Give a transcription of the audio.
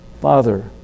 Father